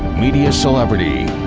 media celebrity.